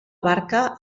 barca